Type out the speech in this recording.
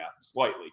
slightly